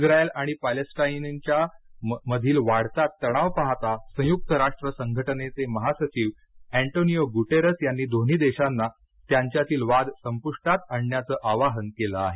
Israel आणि पॅलेस्टाईनयांच्या मधील वाढता तणाव पाहता संयुक्त राष्ट्र संघटनेचे महासचिव अँटोनियो गुटेरेस यांनी दोन्ही देशांना त्यांच्यातील वाद संपुष्टात आणण्याचं आवाहन केलं आहे